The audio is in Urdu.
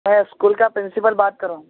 میں اسکول کا پرنسپل بات کر رہا ہوں